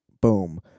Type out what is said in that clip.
boom